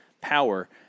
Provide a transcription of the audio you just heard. power